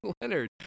Leonard